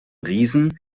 riesen